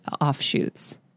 offshoots